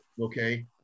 okay